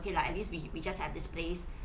okay lah at least we we just have this place